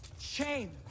shame